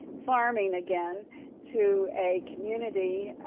farming again to a community.